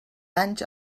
danys